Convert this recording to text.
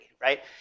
right